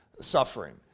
suffering